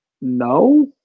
no